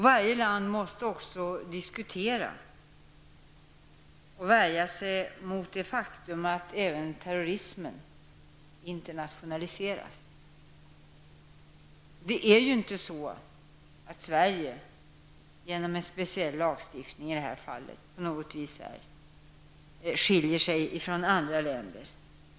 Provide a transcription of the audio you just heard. Varje land måste också värja sig mot det faktum att även terrorismen internationaliseras. Det är ju inte så att Sverige genom en speciell lagstiftning på det här området på något sätt skiljer sig från andra länder.